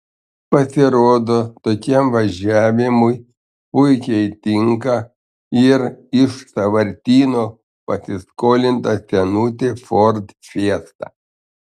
pasirodo tokiam važiavimui puikiai tinka ir iš sąvartyno pasiskolinta senutė ford fiesta